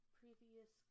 previous